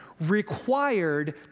required